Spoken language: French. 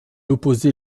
opposait